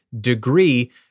degree